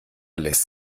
lässt